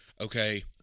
Okay